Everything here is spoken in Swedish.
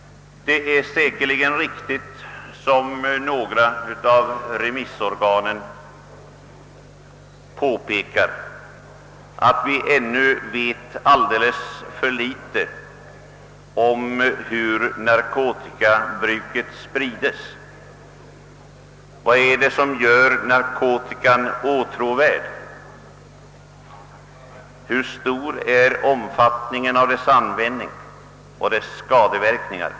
Det är säkerligen riktigt, som några av remissorganen påpekar, att vår kunskap om hur narkotikabruket sprides är alldeles för ringa. Vad är det som gör narkotika åtråvärt? Hur stor är omfattningen av dess användning och dess skadeverkningar?